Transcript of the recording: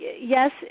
yes